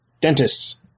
Dentists